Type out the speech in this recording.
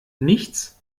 nichts